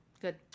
Good